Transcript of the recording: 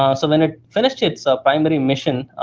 um so when it finished its primary mission,